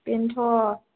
बेनथ'